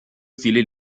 stile